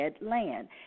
land